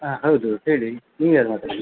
ಹಾಂ ಹೌದು ಹೇಳಿ ನೀವು ಯಾರು ಮಾತಾಡೋದು